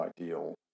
ideal